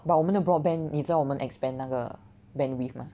but 我们的 broadband 你知道我们 expand 那个 bandwidth 吗